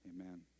Amen